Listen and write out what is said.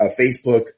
Facebook